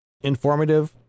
informative